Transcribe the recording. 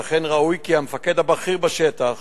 ואכן ראוי כי המפקד הבכיר בשטח